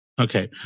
Okay